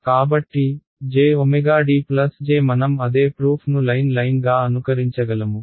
కాబట్టి jDJ మనం అదే ప్రూఫ్ ను లైన్ లైన్గా అనుకరించగలము